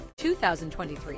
2023